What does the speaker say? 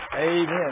amen